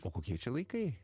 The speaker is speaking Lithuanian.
o kokie čia laikai